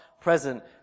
present